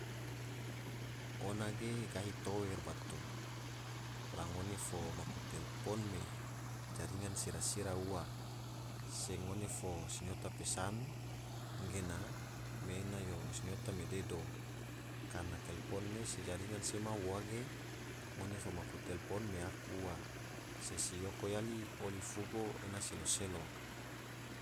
Ona ge gahi tower bato, la ngone fo maku telpon me jaringan sira sira ua, se ngone fo sinyota pesan gena me ena yo sinyota me dedo, karana telpon ne se jaringan sema ua ge ngona fo maku telpon me aku ua, se sioko yali oli fugo ena selo selo.